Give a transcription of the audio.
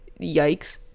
yikes